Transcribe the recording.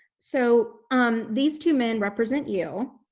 so, um these two men represent yale.